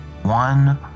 one